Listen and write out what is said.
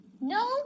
No